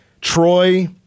Troy